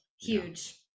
huge